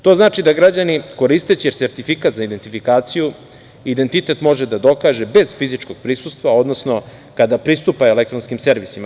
To znači da građani koristeći sertifikat za identifikaciju, identitet može da dokaže bez fizičkog prisustva, odnosno kada pristupe elektronskim servisima.